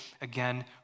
again